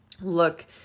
look